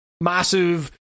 massive